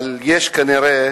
אבל יש כנראה